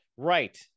right